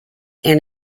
and